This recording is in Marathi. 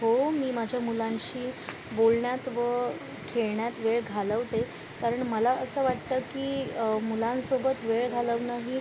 हो मी माझ्या मुलांशी बोलण्यात व खेळण्यात वेळ घालवते कारण मला असं वाटतं की मुलांसोबत वेळ घालवणं ही